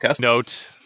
Note